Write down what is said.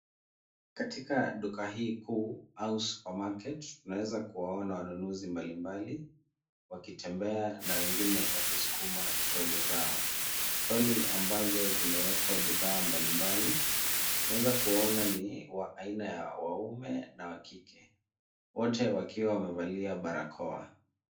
Katika duka hii kuu au supermarket tunaeza kuwaona wanunuzi mbalimbali wakitembea na wengine wakisukuma troli zao. Troli ambazo zimewekwa bidhaa mbalimbali. Tunaeza kuwaona ni wa aina ya waume na wa kike wote wakiwa wamevalia barakoa.